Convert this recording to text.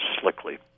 slickly